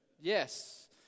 yes